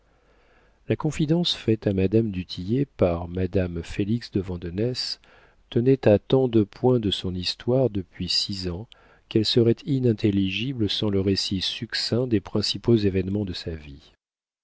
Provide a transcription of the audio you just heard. la confidence faite à madame du tillet par madame félix de vandenesse tenait à tant de points de son histoire depuis six ans qu'elle serait inintelligible sans le récit succinct des principaux événements de sa vie